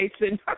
Jason